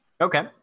okay